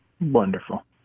Wonderful